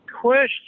Question